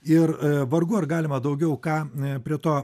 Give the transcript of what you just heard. ir vargu ar galima daugiau ką ne prie to